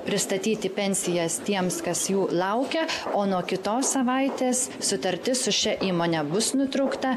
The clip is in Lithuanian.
pristatyti pensijas tiems kas jų laukia o nuo kitos savaitės sutartis su šia įmone bus nutraukta